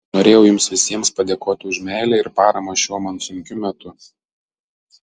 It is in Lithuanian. norėjau jums visiems padėkoti už meilę ir paramą šiuo man sunkiu metu